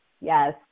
Yes